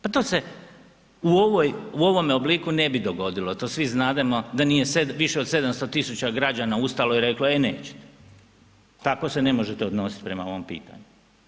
Pa to se u ovoj, u ovome obliku ne bi dogodilo, to svi znademo, da nije više od 700.000 građana ustalo i reklo e nećete, tako se ne možete odnositi prema ovom pitanju.